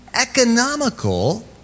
economical